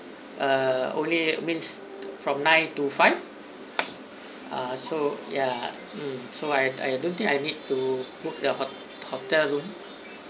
err only means from nine to five ah so ya mm so I don't think I need to book a hotel room